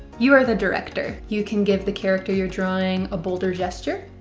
you are the director! you can give the character your drawing a bolder gesture.